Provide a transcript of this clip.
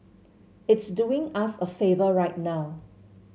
it's doing us a favour right now